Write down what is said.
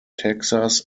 texas